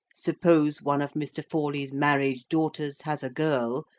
suppose one of mr. forley's married daughters has a girl,